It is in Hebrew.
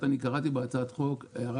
קראתי את הצעת החוק ואני רוצה להעיר הערה